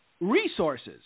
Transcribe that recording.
resources